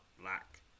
black